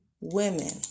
women